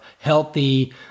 healthy